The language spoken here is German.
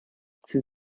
sind